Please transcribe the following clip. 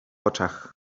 oczach